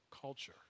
culture